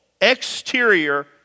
exterior